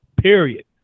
Period